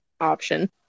option